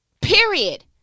period